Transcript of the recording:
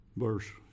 verse